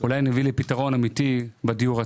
אולי נביא לפתרון אמיתי בדיור.